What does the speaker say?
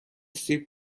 سیب